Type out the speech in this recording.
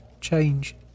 change